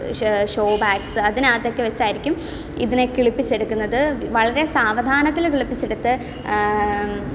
show ഷോ bags അതിനകത്തൊക്കെ വെച്ചായിരിക്കും ഇതിനെ കിളിപ്പിച്ചെടുക്കുന്നത് വളരെ സാവധാനത്തിൽ കിളിപ്പിച്ചെടുത്ത്